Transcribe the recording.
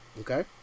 Okay